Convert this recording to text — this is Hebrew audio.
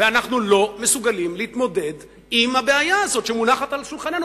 ואנחנו לא מסוגלים להתמודד עם הבעיה הזאת שמונחת על שולחננו,